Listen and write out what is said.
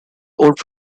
old